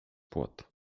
płot